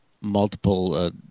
multiple